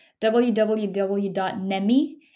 www.nemi